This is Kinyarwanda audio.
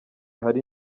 hari